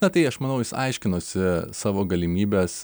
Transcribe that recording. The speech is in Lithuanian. na tai aš manau jis aiškinosi savo galimybes